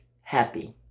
Happy